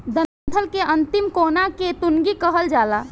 डंठल के अंतिम कोना के टुनगी कहल जाला